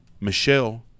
Michelle